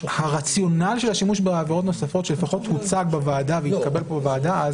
הרציונל של השימוש בעבירות נוספות שלפחות הוצג בוועדה והתקבל בוועדה אז